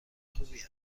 خوبی